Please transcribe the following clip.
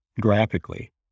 graphically